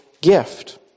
gift